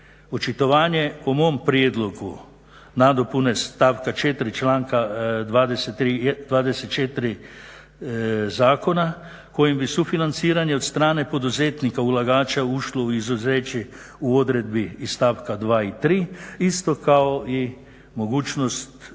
očitovanje o mom prijedlogu nadopune stavka 4. članka 24. zakona kojim bi sufinanciranje od strane poduzetnika, ulagača ušlo u izuzeće u odredbi iz stavka 2. i 3., isto kao i mogućnost